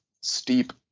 steep